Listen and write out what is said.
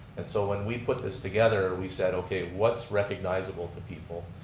and so when we put this together, we said okay, what's recognizable to people.